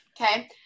Okay